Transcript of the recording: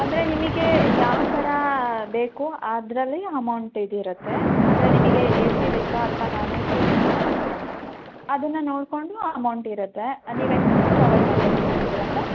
ಅಂದರೆ ನಿಮಗೇ ಯಾವ ಥರಾ ಬೇಕು ಅದ್ರಲ್ಲಿ ಅಮೌಂಟ್ ಇದಿರುತ್ತೆ ಅಂದರೆ ನಿಮಗೆ ಎಸಿ ಬೇಕೋ ಅಥ್ವ ನಾನ್ ಎಸಿ ಬೇಕೋ ಅದನ್ನ ನೋಡಿಕೊಂಡು ಅಮೌಂಟ್ ಇರುತ್ತೆ ನೀವು ಎಷ್ಟು ಜನ ಟ್ರಾವೆಲ್ ಮಾಡ್ಬೇಕು ಅನ್ಕೊಂಡಿದಿರ ಮೇಡಮ್